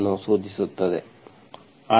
ಅನ್ನು ಸೂಚಿಸುತ್ತದೆ